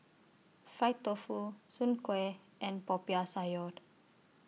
Fried Tofu Soon Kueh and Popiah Sayur